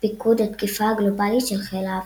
פיקוד התקיפה הגלובלית של חיל האוויר.